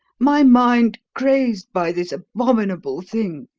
my mind crazed by this abominable thing.